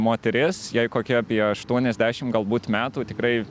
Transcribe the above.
moteris jai kokie apie aštuoniasdešim galbūt metų tikrai